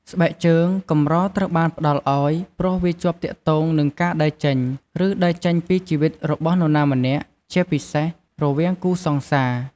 ស្បែកជើងកម្រត្រូវបានផ្តល់ឱ្យ ព្រោះវាជាប់ទាក់ទងនឹងការដើរចេញ ឬដើរចេញពីជីវិតរបស់នរណាម្នាក់ជាពិសេសរវាងគូរសង្សារ។